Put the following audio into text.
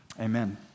Amen